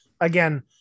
again